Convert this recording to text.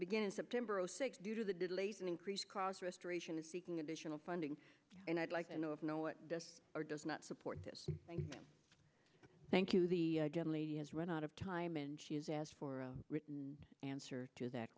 begin in september zero six due to the delays and increased cost restoration is seeking additional funding and i'd like to know if you know what does or does not support this thank you the lady has run out of time and she has asked for a written answer to that